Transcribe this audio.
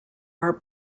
are